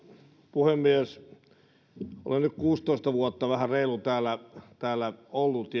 puhemies olen nyt kuusitoista vuotta vähän reilun täällä täällä ollut